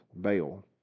bail